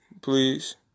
please